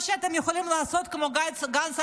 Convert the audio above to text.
או שאתם יכולים לעשות כמו גנץ,